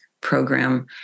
program